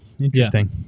Interesting